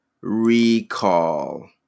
Recall